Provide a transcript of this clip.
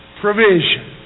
provision